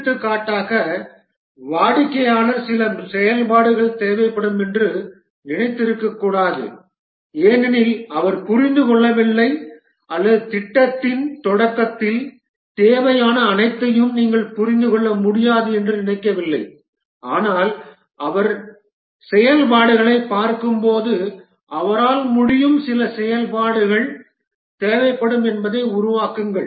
எடுத்துக்காட்டாக வாடிக்கையாளர் சில செயல்பாடுகள் தேவைப்படும் என்று நினைத்திருக்கக்கூடாது ஏனெனில் அவர் புரிந்து கொள்ளவில்லை அல்லது திட்டத்தின் தொடக்கத்தில் தேவையான அனைத்தையும் நீங்கள் புரிந்து கொள்ள முடியாது என்று நினைக்கவில்லை ஆனால் அவர் செயல்பாடுகளைப் பார்க்கும்போது அவரால் முடியும் சில செயல்பாடுகள் தேவைப்படும் என்பதை உருவாக்குங்கள்